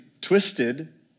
twisted